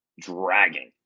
dragging